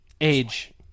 Age